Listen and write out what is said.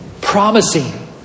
promising